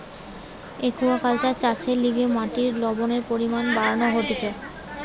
aquaculture চাষের লিগে মাটির লবণের পরিমান বাড়ানো হতিছে